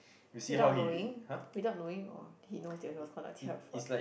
without knowing without knowing or he knows that he was conducting a fraud